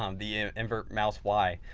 um the invert mouse y,